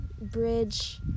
bridge